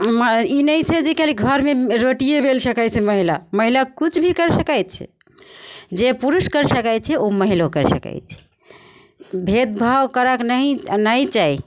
मऽ ई नहि छै जे खाली घरमे रोटिये बेल सकय छै महिला महिला किछु भी करि सकय छै जे पुरुष करि सकय छै उ महिलो करि सकय छै भेदभाव करऽके नहि चाही